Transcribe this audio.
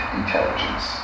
intelligence